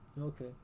Okay